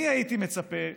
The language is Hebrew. אני הייתי מצפה,